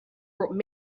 brought